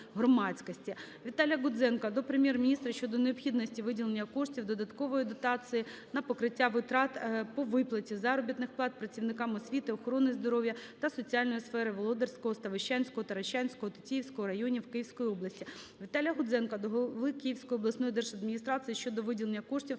Віталія Гудзенка до Прем'єр-міністра щодо необхідності виділення коштів додаткової дотації на покриття витрат по виплаті заробітних плат працівникам освіти, охорони здоров'я та соціальної сфери Володарського, Ставищенського, Таращанського, Тетіївського районів Київської області. Віталія Гудзенка до голови Київської обласної держадміністрації щодо виділення коштів